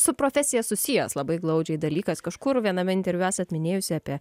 su profesija susijęs labai glaudžiai dalykas kažkur viename interviu esat minėjusi apie